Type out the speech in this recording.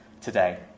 today